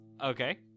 Okay